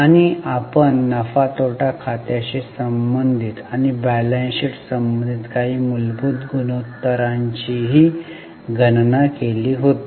आणि आपण नफा तोटा खाते शी संबंधित आणि बॅलन्स शीट संबंधित काही मूलभूत गुणोत्तरांचीही गणना केली होती